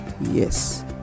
Yes